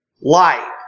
light